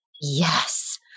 Yes